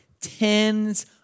tens